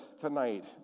tonight